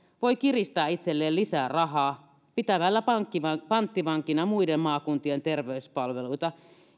voi kiristää itselleen lisää rahaa pitämällä panttivankina panttivankina muiden maakuntien terveyspalveluita